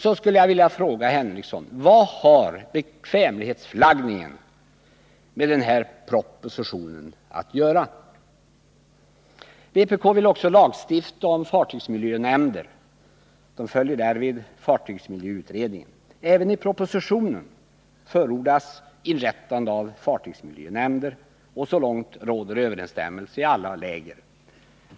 Så skulle jag vilja fråga Sven Henricsson: Vad har bekvämlighetsflaggningen med den här propositionen att göra? Vpk vill också lagstifta om fartygsmiljönämnder. Därvid följer vpk fartygsmiljöutredningen. Även i propositionen förordas inrättande av fartygsmiljönämnder. Så långt råder överensstämmelser i alla läger.